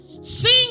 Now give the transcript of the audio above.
Sing